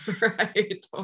Right